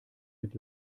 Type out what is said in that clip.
mit